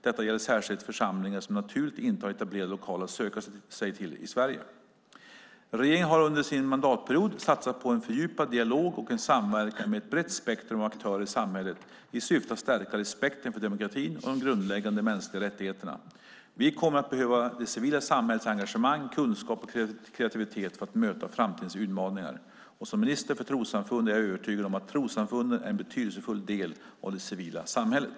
Detta gäller särskilt församlingar som naturligt inte har etablerade lokaler att söka sig till i Sverige. Regeringen har under sin mandatperiod satsat på en fördjupad dialog och en samverkan med ett brett spektrum av aktörer i samhället i syfte att stärka respekten för demokratin och de grundläggande mänskliga rättigheterna. Vi kommer att behöva det civila samhällets engagemang, kunskap och kreativitet för att möta framtidens utmaningar. Som minister för trossamfund är jag övertygad om att trossamfunden är en betydelsefull del av det civila samhället.